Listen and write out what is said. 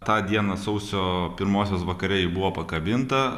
tą dieną sausio pirmosios vakare ji buvo pakabinta